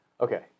Okay